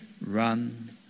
Run